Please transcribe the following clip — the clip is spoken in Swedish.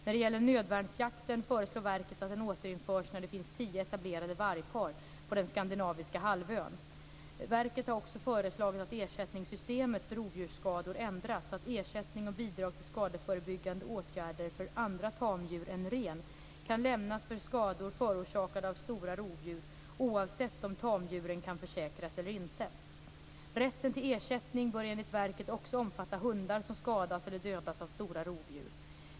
När det gäller nödvärnsjakten föreslår verket att den återinförs när det finns tio etablerade vargpar på den skandinaviska halvön. Verket har också föreslagit att ersättningssystemet för rovdjursskador ändras så att ersättning och bidrag till skadeförebyggande åtgärder för andra tamdjur än ren kan lämnas för skador förorsakade av stora rovdjur oavsett om tamdjuren kan försäkras eller inte. Rätten till ersättning bör enligt verket också omfatta hundar som skadas eller dödas av stora rovdjur.